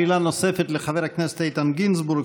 שאלה נוספת לחבר הכנסת איתן גינזבורג.